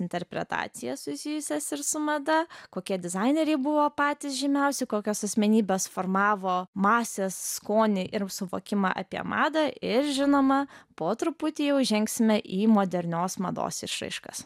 interpretacijas susijusias ir su mada kokie dizaineriai buvo patys žymiausi kokios asmenybės formavo masės skonį ir suvokimą apie madą ir žinoma po truputį jau įžengsime į modernios mados išraiškas